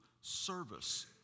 service